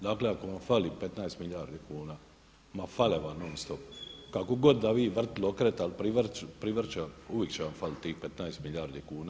Dakle, ako vam fali 15 milijardi kuna ma fale vam non-stop kako god da vi vrtili, okretali, privrćali uvijek će vam falit tih 15 milijardi kuna.